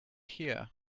here